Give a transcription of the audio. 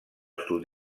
sud